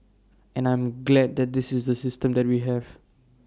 and I'm glad that this is the system that we have